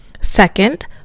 Second